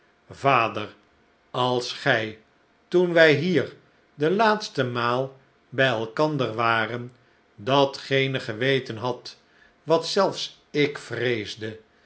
vader als gij toen wij hier de laatste maal bij elkander waren datgene geweten hadt wat zelfs ik vreesde